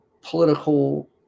political